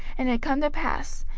and it come to pass,